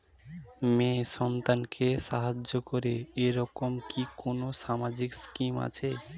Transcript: মেয়ে সন্তানকে সাহায্য করে এরকম কি কোনো সামাজিক স্কিম আছে?